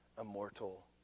immortal